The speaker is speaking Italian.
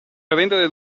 prendere